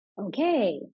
okay